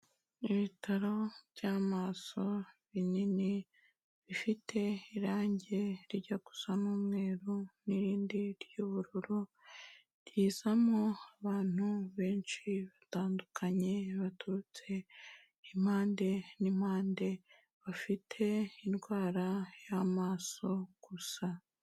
Ibitaro by'amaso binini, bifite irange rijya gusa n'umweru n'irindi ry'ubururu, rizamo abantu benshi batandukanye, baturutse impande n'impande, bafite indwara y'amaso gusa.